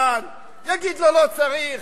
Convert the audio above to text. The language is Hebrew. ויגיד לו: אחי,